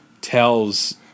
tells